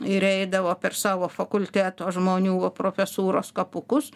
ir eidavo per savo fakulteto žmonių profesūros kapukus